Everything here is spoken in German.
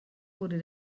wurde